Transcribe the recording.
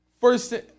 First